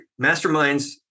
masterminds